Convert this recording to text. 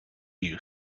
you